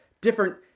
different